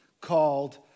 called